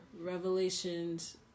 revelations